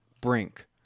brink